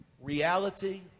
reality